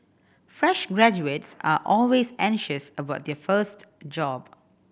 fresh graduates are always anxious about their first job